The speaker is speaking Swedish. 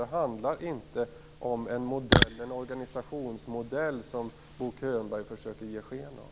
Det handlar inte om en organisationsmodell som Bo Könberg försöker att ge sken av.